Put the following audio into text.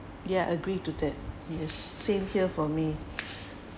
ya agree to that he has same here for me